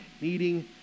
needing